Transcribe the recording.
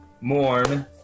mourn